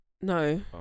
No